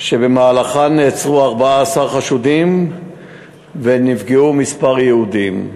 שבמהלכן נעצרו 14 חשודים ונפגעו כמה יהודים.